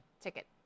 ticket